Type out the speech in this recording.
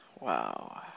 wow